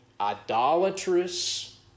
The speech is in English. idolatrous